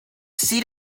seat